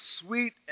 sweet